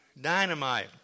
dynamite